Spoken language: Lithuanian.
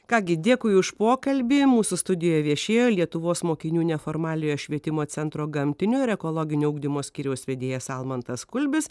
ką gi dėkui už pokalbį mūsų studijoje viešėjo lietuvos mokinių neformaliojo švietimo centro gamtinio ir ekologinio ugdymo skyriaus vedėjas almantas kulbis